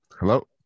Hello